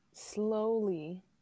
slowly